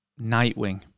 Nightwing